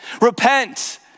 Repent